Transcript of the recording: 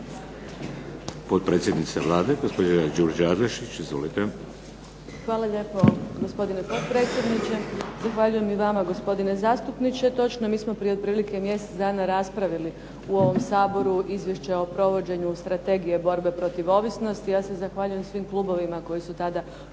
Potpredsjednica Vlade, gospođa Đurđa Adlešić. Izvolite. **Adlešič, Đurđa (HSLS)** Hvala lijepo gospodine potpredsjedniče. Zahvaljujem i vama gospodine zastupniče. Točno, mi smo prije otprilike mjesec dana raspravili u ovom Saboru izvješće o provođenju strategije borbe protiv ovisnosti. Ja se zahvaljujem svim klubovima koji su tada poduprli